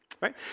right